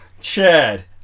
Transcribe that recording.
chad